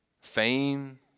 Fame